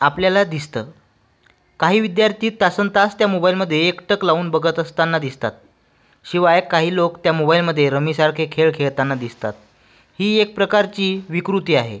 आपल्याला दिसतं काही विद्यार्थी तासन् तास त्या मोबाईलमध्ये एक टक लावून बघत असताना दिसतात शिवाय काही लोक त्या मोबाईलमध्ये रमीसारखे खेळ खेळताना दिसतात ही एक प्रकारची विकृती आहे